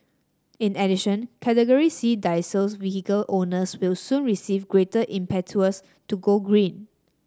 in addition Category C diesels vehicle owners will soon receive greater impetus to go green